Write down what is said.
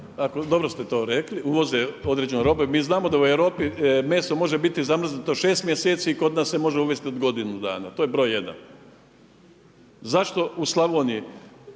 dobro ste to rekli. Uvoze određenu robu i mi znamo da u Europi meso može biti zamrznuto 6 mjeseci, kod nas se može uvesti od godinu dana. To je broj jedan. Zašto u Slavoniji